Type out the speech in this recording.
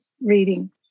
reading